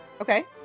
Okay